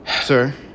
Sir